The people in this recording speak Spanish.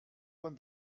con